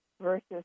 versus